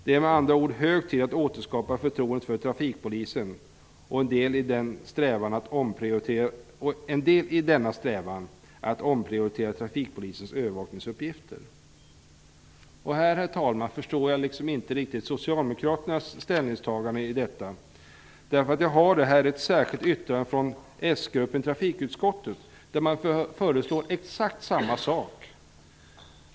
Det är med andra ord hög tid att återskapa förtroendet för trafikpolisen, och en del i denna strävan är att omprioritera trafikpolisens övervakningsuppgifter. Här förstår jag inte riktigt socialdemokraternas ställningstagande. Jag har ett särskilt yttrande från den socialdemokratiska gruppen i trafikutskottet där man föreslår exakt samma sak.